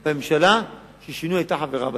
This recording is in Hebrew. דווקא בממשלה ששינוי היתה חברה בה,